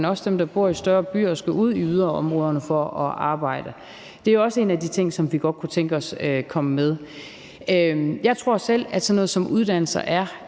men også for dem, der bor i større byer, og som skal ud i yderområderne for at arbejde. Det er også en af de ting, som vi godt kunne tænke os kom med. Jeg tror selv, at sådan noget som uddannelser er